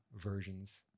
versions